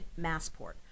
Massport